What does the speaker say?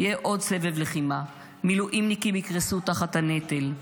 יהיה עוד סבב לחימה, מילואימניקים יקרסו תחת הנטל,